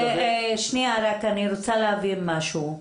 אני רוצה להבין משהו.